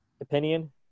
opinion